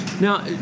Now